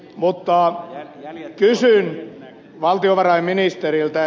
mutta kysyn valtiovarainministeriltä